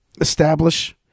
establish